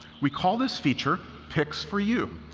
we call this feature picks for you.